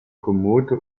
kommode